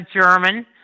German